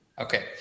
Okay